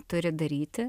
turi daryti